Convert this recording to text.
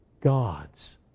God's